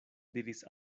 diris